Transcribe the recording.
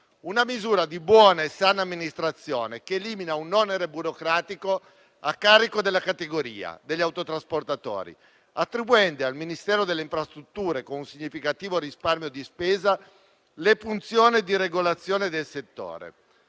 una misura di buona e sana amministrazione, che elimina un onere burocratico a carico della categoria degli autotrasportatori, attribuendo al Ministero delle infrastrutture, con un significativo risparmio di spesa, le funzioni di regolazione del settore.